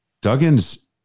Duggan's